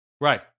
Right